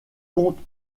compte